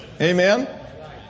Amen